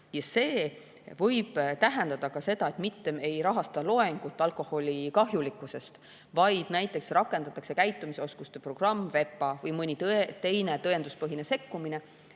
See võib tähendada ka seda, et mitte ei rahastata loengut alkoholi kahjulikkusest, vaid näiteks rakendatakse käitumisoskuste programmi VEPA või mõnda teist tõenduspõhist sekkumist,